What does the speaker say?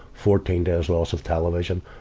fourteen days loss of television,